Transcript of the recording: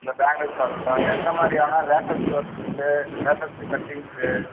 இல்லை பேங்கில்ஸாக இருக்கட்டும் எந்த மாதிரியான லேட்டஸ்ட்டு வெர்சன்ஸு லேட்டஸ்ட்டு கட்டிங்ஸு